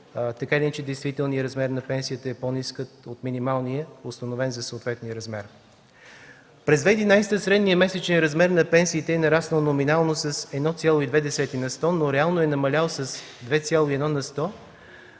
иначе, действителният размер на пенсията е по-ниска от минималната, установена за съответния размер. През 2011 г. средният месечен размер на пенсиите е нараснал номинално с 1,2 на сто, но реално е намалял с 2,1 на сто,